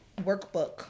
workbook